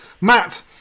Matt